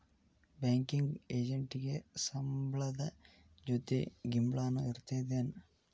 Banking ಎಜೆಂಟಿಗೆ ಸಂಬ್ಳದ್ ಜೊತಿ ಗಿಂಬ್ಳಾನು ಇರ್ತದೇನ್?